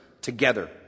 together